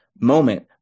moment